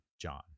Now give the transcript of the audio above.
John